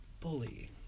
bully